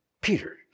Peter